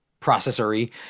processory